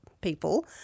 people